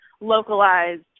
localized